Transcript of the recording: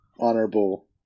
honorable